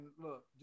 look